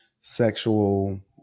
sexual